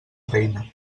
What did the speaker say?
reina